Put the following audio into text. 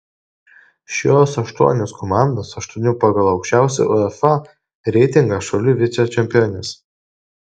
šios aštuonios komandos aštuonių pagal aukščiausią uefa reitingą šalių vicečempionės